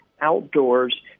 outdoors